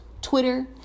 Twitter